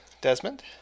Desmond